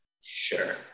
Sure